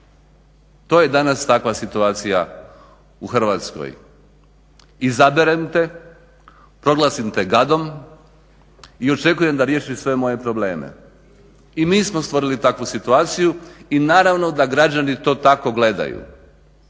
To je danas takva situacija u Hrvatskoj. Izaberem te, proglasim te gadom i očekujem da riješiš sve moje probleme. I mi smo stvorili takvu situaciju i naravno da građani to tako gledaju